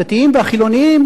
הדתיים והחילונים,